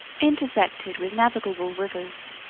intersected with navigable rivers,